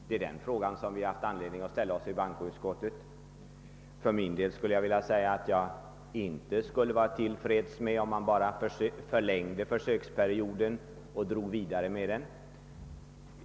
Det är den fråga vi har haft anledning att ställa oss i bankoutskottet. Jag skulle inte vara till freds, om man bara förlängde försöksperioden och drog vidare med den.